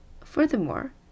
Furthermore